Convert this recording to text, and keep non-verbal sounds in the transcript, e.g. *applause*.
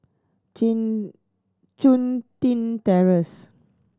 *unintelligible* Chun Tin Terrace